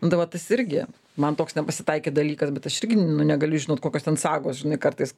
nu tai va tas irgi man toks nepasitaikė dalykas bet aš irgi nu negali žinot kokios ten sagos žinai kartais